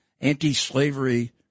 anti-slavery